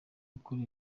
gukora